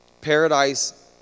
Paradise